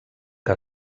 que